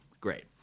great